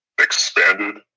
expanded